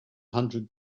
hundred